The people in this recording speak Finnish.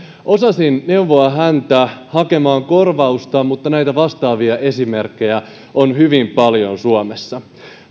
osasin neuvoa häntä hakemaan korvausta mutta näitä vastaavia esimerkkejä on hyvin paljon suomessa